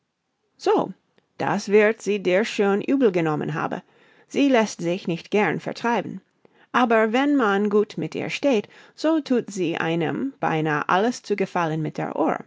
so das wird sie dir schön übel genommen haben sie läßt sich nicht gern vertreiben aber wenn man gut mit ihr steht so thut sie einem beinah alles zu gefallen mit der